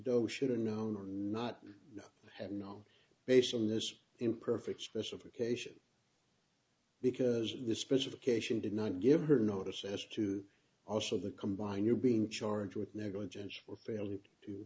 doe should have known or not have no basis in this imperfect specification because the specification did not give her notice as to also the combined you're being charged with negligence for failure to